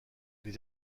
les